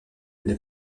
les